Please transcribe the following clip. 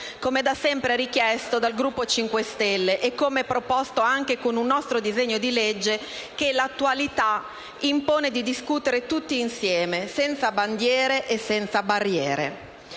come da sempre richiesto dal Gruppo Movimento 5 Stelle e come proposto anche da un nostro disegno di legge, che l'attualità impone di discutere tutti insieme, senza bandiere né barriere.